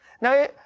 Now